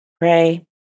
pray